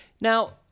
Now